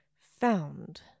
found